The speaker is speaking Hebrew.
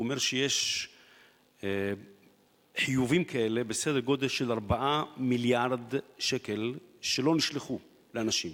הוא אומר שיש חיובים כאלה בסדר גודל של 4 מיליארד שקל שלא נשלחו לאנשים.